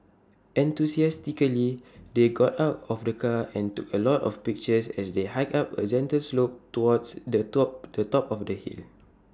enthusiastically they got out of the car and took A lot of pictures as they hiked up A gentle slope towards the top the top of the hill